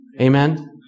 Amen